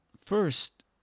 First